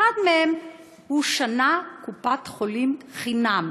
אחד מהם הוא שנה קופת-חולים חינם.